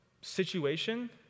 situation